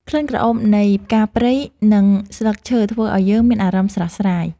ក្លិនក្រអូបនៃផ្កាព្រៃ និងស្លឹកឈើធ្វើឱ្យយើងមានអារម្មណ៍ស្រស់ស្រាយ។